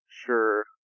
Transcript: Sure